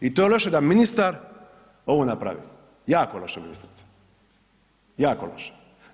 I to je loše da ministar ovo napravi, jako loše ministrice, jako loše.